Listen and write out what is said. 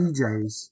DJs